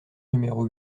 numéro